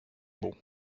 beau